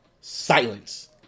silence